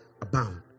abound